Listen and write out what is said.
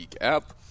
app